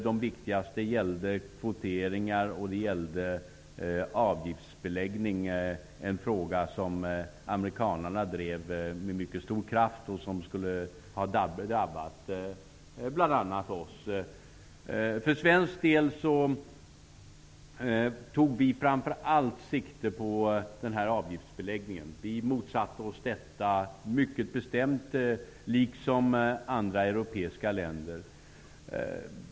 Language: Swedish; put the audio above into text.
De viktigaste gällde kvoteringar och avgiftsbeläggning, en fråga som amerikanerna drev med mycket stor kraft och som skulle ha drabbat bl.a. oss. För svensk del tog vi framför allt sikte på avgiftsbeläggningen. Vi motsatte oss den mycket bestämt, liksom andra europeiska länder.